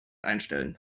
einstellen